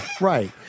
Right